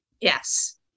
Yes